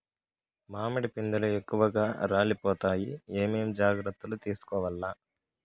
మామిడి పిందెలు ఎక్కువగా రాలిపోతాయి ఏమేం జాగ్రత్తలు తీసుకోవల్ల?